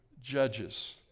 judges